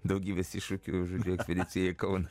daugybės iššūkių žiūrėti venecija kauno